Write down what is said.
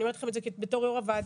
אני אומרת לכם את זה בתור יו"ר הוועדה.